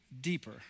deeper